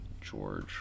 George